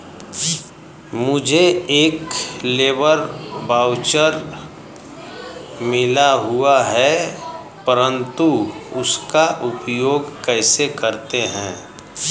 मुझे एक labour voucher मिला हुआ है परंतु उसका उपयोग कैसे करते हैं?